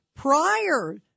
prior